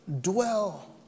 dwell